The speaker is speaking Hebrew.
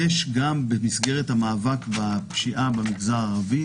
יש גם במסגרת המאבק בפשיעה במגזר הערבי,